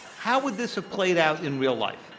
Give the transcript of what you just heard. how would this have played out in real life?